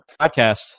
Podcast